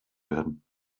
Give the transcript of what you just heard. werden